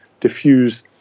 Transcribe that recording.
diffuse